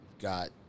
Got